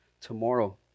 tomorrow